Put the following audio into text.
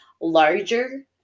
larger